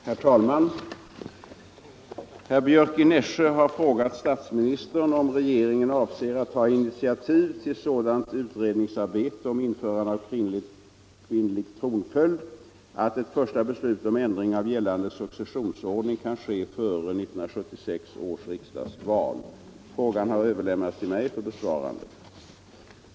Herr talman! Herr Björck i Nässjö har frågat statsministern om regeringen avser att ta initiativ till sådant utredningsarbete om införande av kvinnlig tronföljd att ett första beslut om ändring av gällande successionsordning kan ske före 1976 års riksdagsval. Frågan har överlämnats till mig för besvarande.